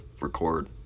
record